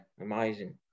amazing